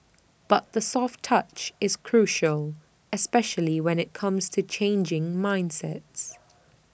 but the soft touch is crucial especially when IT comes to changing mindsets